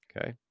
Okay